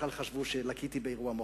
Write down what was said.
בכלל חשבו שלקיתי באירוע מוחי.